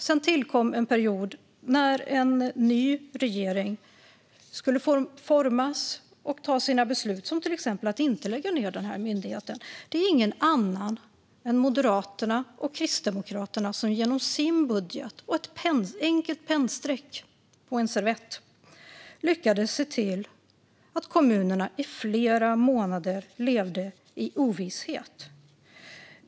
Sedan kom en period då en ny regering skulle formas och ta sina beslut, till exempel att inte lägga ned den här myndigheten. Det är ingen annan än Moderaterna och Kristdemokraterna som genom sin budget - genom ett enkelt pennstreck på en servett - lyckades se till att kommunerna under flera månader levde i ovisshet.